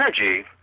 energy